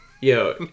Yo